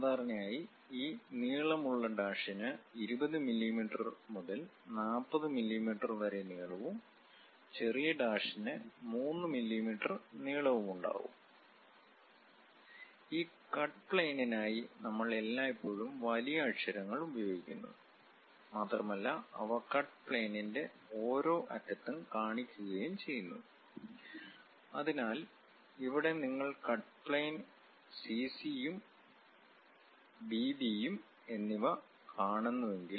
സാധാരണയായി ഈ നീളമുള്ള ഡാഷിന് 20 മില്ലീമീറ്റർ മുതൽ 40 മില്ലീമീറ്റർ വരെ നീളവും ചെറിയ ഡാഷിന് സാധാരണയായി 3 മില്ലീമീറ്റർ നീളവുമുണ്ടാകും ഈ കട്ട് പ്ലെയിനിനായി നമ്മൾ എല്ലായ്പ്പോഴും വലിയ അക്ഷരങ്ങൾ ഉപയോഗിക്കുന്നു മാത്രമല്ല അവ കട്ട് പ്ലെയിനിന്റെ ഓരോ അറ്റത്തും കാണിക്കുകയും ചെയ്യുന്നു അതിനാൽ ഇവിടെ നിങ്ങൾ കട്ട് പ്ലെയിൻ സി സി യും ബി ബി എന്നിവ കാണുന്നുണ്ടെങ്കിൽ